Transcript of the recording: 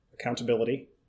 accountability